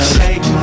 Shake